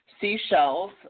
Seashells